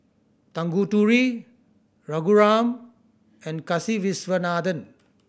Tanguturi Raghuram and Kasiviswanathan